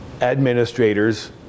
administrators